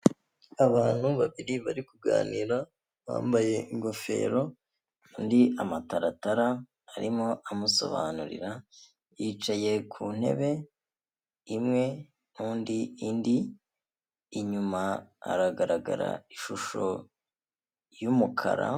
Abantu babiri bari kuganira bambaye ingofero, undi amataratara arimo amusobanurira, yicaye ku ntebe imwe n'undi indi inyuma aragaragara ishusho y'umukara.